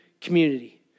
community